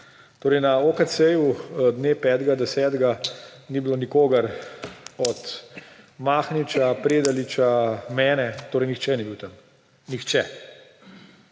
Na OKC dne 5. 10. ni bilo nikogar – od Mahniča, Predaliča, mene, torej nihče ni bil tam, nihče.